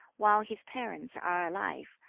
while his parents are alive,